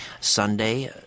Sunday